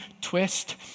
twist